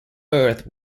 earth